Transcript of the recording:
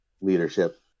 leadership